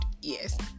yes